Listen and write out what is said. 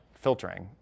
filtering